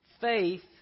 faith